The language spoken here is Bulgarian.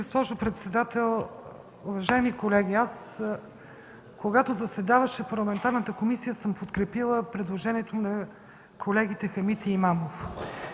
госпожо председател. Уважаеми колеги, когато заседаваше парламентарната комисия, аз съм подкрепила предложението на колегите Хамид и Имамов.